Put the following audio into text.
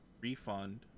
refund